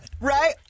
right